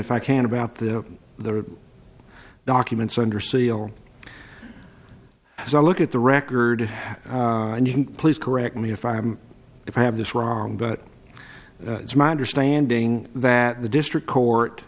if i can about the the documents under seal as i look at the record and you please correct me if i'm if i have this wrong but it's my understanding that the district court